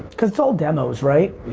because it's all demos, right?